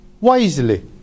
wisely